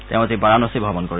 তেওঁ আজি বাৰানসী ভ্ৰমণ কৰিব